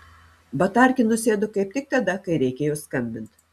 batarkė nusėdo kaip tik tada kai reikėjo skambint